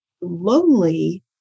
lonely